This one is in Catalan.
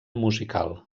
musical